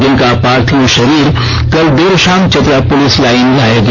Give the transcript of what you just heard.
जिनका पार्थिव शरीर कल देर शाम चतरा पुलिस लाइन लाया गया